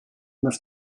must